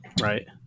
right